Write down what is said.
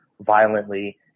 violently